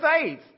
faith